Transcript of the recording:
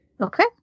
Okay